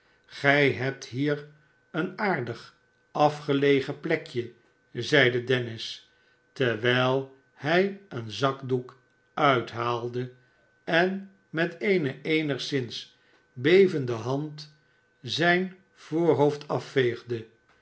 gij hebt hier een aardig afgelegen plekje zeide dennis terwijl liij een zakdoek uithaalde en met eene eenigszins bevende handzijn voorhoofd